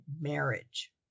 marriage